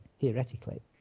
theoretically